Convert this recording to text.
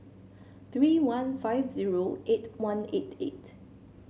three one five zero eight one eight eight